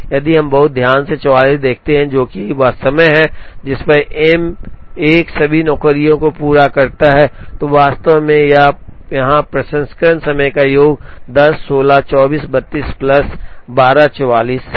यदि हम बहुत ध्यान से 44 देखते हैं जो कि वह समय है जिस पर M 1 सभी नौकरियों को पूरा करता है तो वास्तव में यहाँ प्रसंस्करण समय का योग 10 16 24 32 प्लस 12 44 है